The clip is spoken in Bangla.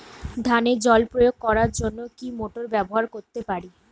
ধানে জল প্রয়োগ করার জন্য কি মোটর ব্যবহার করতে পারি?